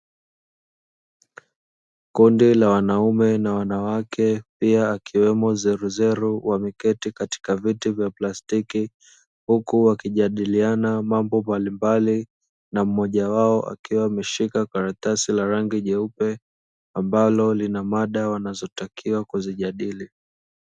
Kundi la wanaume na wanawake pia akiwemo zeruzeru wameketi katika viti vya plastiki, huku wakijadiliana mambo mbalimbali na mmoja wao akiwa ameshika karatasi la rangi nyeupe ambalo lina mada wanazotakiwa kuzijadili.